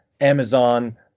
amazon